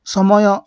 ସମୟ